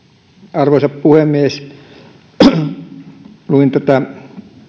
arvoisa puhemies kun luin